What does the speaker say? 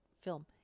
film